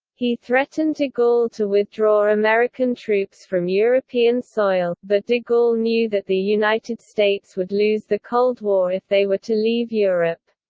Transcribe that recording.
he threatened de gaulle to withdraw american troops from european soil, but de gaulle knew that the united states would lose the cold war if they were to leave europe.